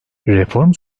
reform